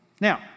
Now